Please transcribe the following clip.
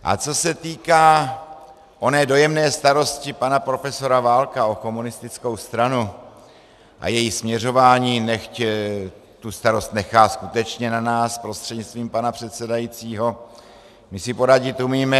A co se týká oné dojemné starosti pana profesora Válka o komunistickou stranu a její směřování, nechť tu starost nechá skutečně na nás prostřednictvím pana předsedajícího, my si poradit umíme.